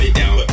down